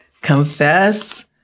confess